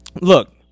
Look